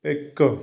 ਇੱਕ